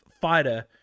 fighter